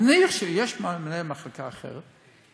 נניח שיש מנהל מחלקה אחר,